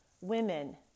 women